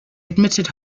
admitted